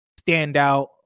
standout